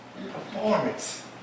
performance